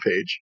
page